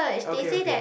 okay okay